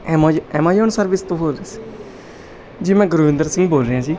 ਐਮਾਜ Amazon service ਤੋਂ ਬੋਲ ਤੁਸੀਂ ਜੀ ਮੈਂ ਗੁਰਵਿੰਦਰ ਸਿੰਘ ਬੋਲ ਰਿਹਾ ਜੀ